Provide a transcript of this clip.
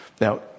now